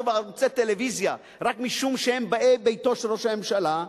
וערוצי טלוויזיה רק משום שהם באי-ביתו של ראש הממשלה,